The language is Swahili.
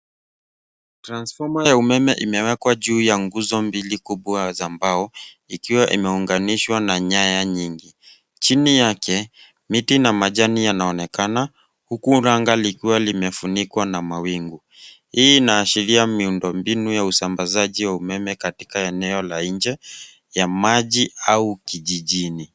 Transfoma ya umeme imewekwa juu ya nguzo mbili kubwa za mbao, ikiwa imeunganishwa na nyaya nyingi. Chini yake miti na majani yanaonekana huku anga likiwa limefunikwa na mawingu. Hii inaashiria miundombinu ya usambazaji wa umeme katika eneo la nje ya maji au kijijini.